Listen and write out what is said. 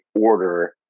order